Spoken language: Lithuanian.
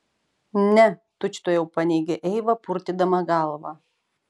ne tučtuojau paneigė eiva purtydama galvą